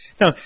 Now